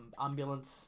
ambulance